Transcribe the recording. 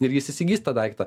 ir jis įsigys tą daiktą